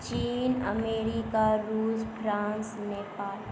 चीन अमेरिका रूस फ्रान्स नेपाल